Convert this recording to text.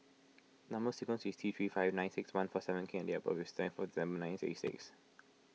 Number Sequence is T three five nine six one four seven K and date of birth is twenty four December nineteen sixty six